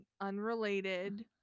unrelated